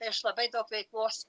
tai aš labai daug veiklos